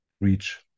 reach